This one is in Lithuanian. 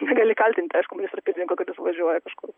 negali kaltint aišku ministro pirmininko kad jis važiuoja kažkur